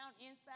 inside